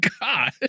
God